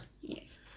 Yes